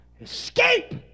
escape